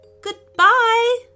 Goodbye